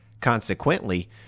Consequently